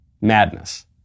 madness